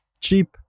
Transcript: cheap